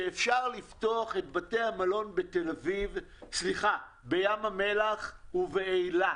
שאפשר לפתוח את בתי המלון בים המלח ובאילת,